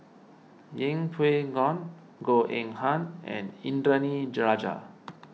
Yeng Pway Ngon Goh Eng Han and Indranee Rajah